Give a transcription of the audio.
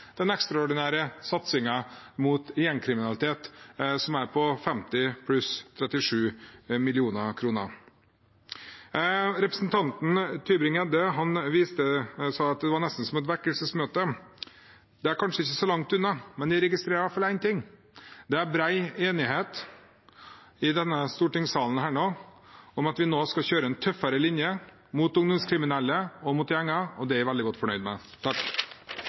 den ekstraordinære satsingen mot gjengkriminalitet, som er på 50 mill. kr pluss 37 mill. kr. Representanten Tybring-Gjedde sa at dette var nesten som et vekkelsesmøte. Det er kanskje ikke så langt unna, men jeg registrerer i hvert fall én ting: Det er bred enighet i denne salen om at vi nå skal kjøre en tøffere linje mot ungdomskriminelle og mot gjenger, og det er jeg veldig godt fornøyd med.